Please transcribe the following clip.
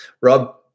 Rob